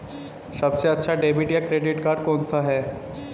सबसे अच्छा डेबिट या क्रेडिट कार्ड कौन सा है?